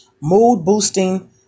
mood-boosting